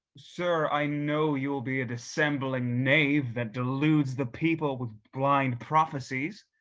sir, i know you will be a dissembling knave, that deludes the people with blind prophecies.